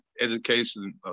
education